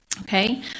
okay